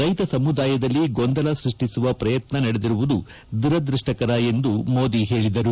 ರೈತ ಸಮುದಾಯದಲ್ಲಿ ಗೊಂದಲ ಸ್ಟಷ್ಲಿಸುವ ಪ್ರಯತ್ನ ನಡೆದಿರುವುದು ದುರದೃಷ್ಷಕರ ಎಂದು ಮೋದಿ ಹೇಳಿದರು